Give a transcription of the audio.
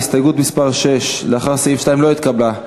הסתייגות מס' 6, לאחרי סעיף 2, לא התקבלה.